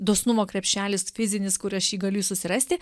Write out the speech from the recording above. dosnumo krepšelis fizinis kur aš jį galiu susirasti